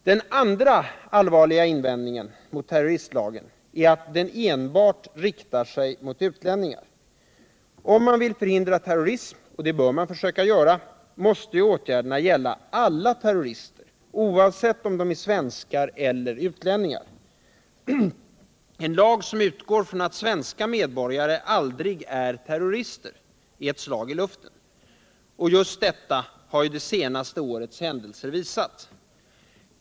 Den andra allvarliga invändningen mot terroristlagen är att den enbart riktar sig mot utlänningar. Om man vill förhindra terrorism — och det bör man försöka göra — då måste åtgärderna gälla alla terrorister, oavsett om de är svenskar eller utlänningar. En lag som utgår från att svenska medborgare aldrig är terrorister är ett slag i luften. Just detta har ju det senaste årets händelser visat.